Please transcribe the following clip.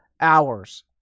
hours